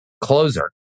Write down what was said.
closer